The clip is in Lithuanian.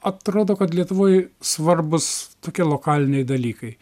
atrodo kad lietuvoj svarbūs tokie lokaliniai dalykai